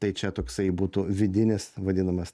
tai čia toksai būtų vidinis vadinamas